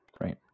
right